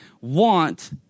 want